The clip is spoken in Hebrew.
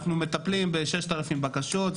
אנחנו מטפלים ב-6,000 בקשות,